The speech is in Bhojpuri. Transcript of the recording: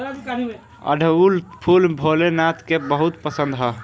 अढ़ऊल फूल भोले नाथ के बहुत पसंद ह